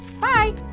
bye